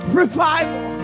revival